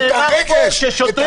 את הרגש,